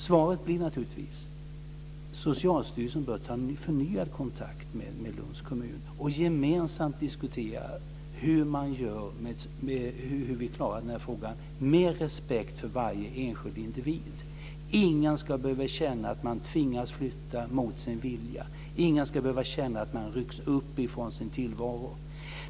Svaret blir naturligtvis att Socialstyrelsen bör ta förnyad kontakt med Lunds kommun och gemensamt diskutera hur de klarar den här frågan, med respekt för varje enskild individ. Ingen ska behöva känna att man tvingas flytta mot sin vilja. Ingen ska behöva känna att man rycks upp från sin tillvaro.